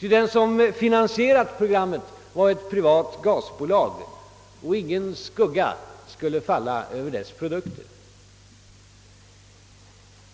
ty den som finansierade programmet var ett privat gasbo lag och ingen skugga skulle falla över dess produkter.